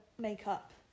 makeup